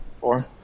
Four